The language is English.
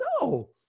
no